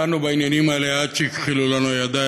דנו בעניינים האלה עד שהכחילו לנו הידיים,